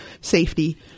safety